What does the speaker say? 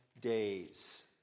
days